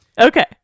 okay